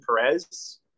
Perez